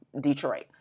Detroit